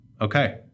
Okay